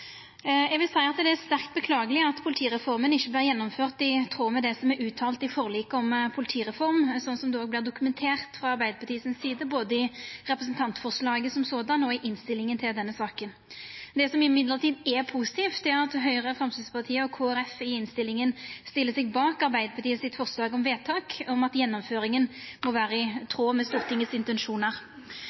Eg vil seia at det er sterkt beklageleg at politireforma ikkje vart gjennomført i tråd med det som er uttalt i forliket om politireform, slik som det òg vart dokumentert frå Arbeidarpartiet si side, både i representantforslaget og i innstillinga i denne saka. Det som likevel er positivt, er at Høgre, Framstegspartiet og Kristeleg Folkeparti i innstillinga stiller seg bak forslaget til vedtak frå Arbeidarpartiet om at gjennomføringa må vera i tråd med Stortingets intensjonar.